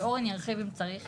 ואורן ירחיב אם צריך,